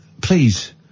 Please